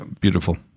beautiful